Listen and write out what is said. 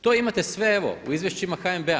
To imate sve evo u izvješćima HNB-a.